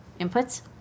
inputs